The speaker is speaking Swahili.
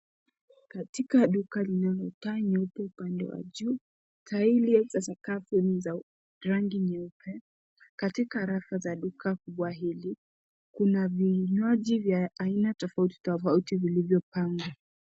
Katika duka lenye paa nyeupe upande wa juu, tile za sakafu za rangi nyeupe. Katika rafu za duka kubwa hili kuna vinywaji vya aina tofauti tofauti vilivyopangwa.